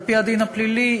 על-פי הדין הפלילי,